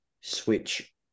Switch